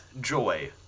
joy